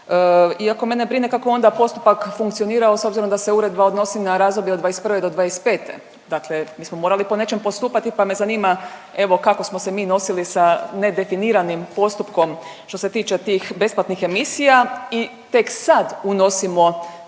iako mene brine kako je onda postupak funkcionirao s obzirom da se uredba odnosi na razdoblje od '21. do '25., dakle mi smo morali po nečem postupati pa me zanima evo kako smo se mi nosili sa nedefiniranim postupkom što se tiče tih besplatnih emisija i tek sad unosimo